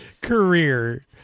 career